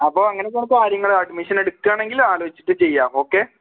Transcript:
അപ്പോൾ അങ്ങനെ ഒക്കെ ആണ് കാര്യങ്ങള് അഡ്മിഷൻ എടുക്കുകയാണെങ്കിൽ ആലോച്ചിട്ട് ചെയ്യാം ഓക്കെ